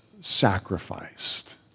sacrificed